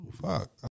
fuck